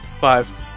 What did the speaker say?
Five